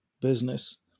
business